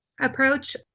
approach